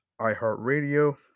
iHeartRadio